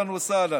אהלן וסהלן.